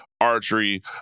archery